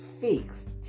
fixed